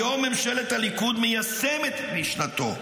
והיום ממשלת הליכוד מיישמת את משנתו.